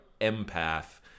Empath